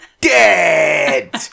dead